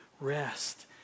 rest